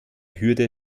hürde